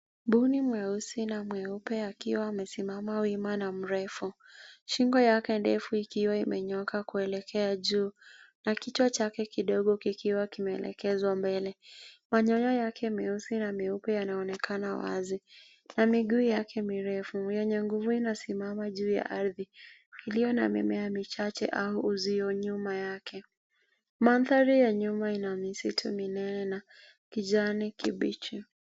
Mbuni mweusi na mweupe akiwa amesimama wima na mrefu, shingo yake ndefu ikiwa imenyooka kuelekea juu na kichwa chake kidogo kikiwa kimeelekezwa mbele. Manyoya yake meupe na meusi yanaonekana wazi na miguu yake mirefu yenye nguvu inasimama juu ya ardhi iliyo na mimea michache au uzio nyuma yake. Mandhari ya nyuma ina misitu minene na kijani kibichi.